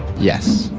yes.